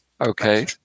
Okay